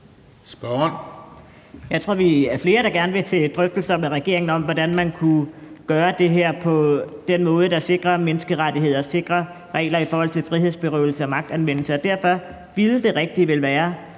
Jeg tror, vi er flere, der gerne vil til drøftelser med regeringen om, hvordan man kunne gøre det her på en måde, der sikrer menneskerettigheder og sikrer regler om frihedsberøvelse og magtanvendelse. Derfor ville det rigtige vel være